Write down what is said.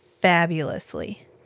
fabulously